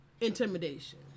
intimidation